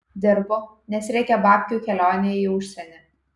dirbu nes reikia babkių kelionei į užsienį